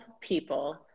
people